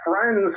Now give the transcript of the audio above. friends